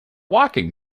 walking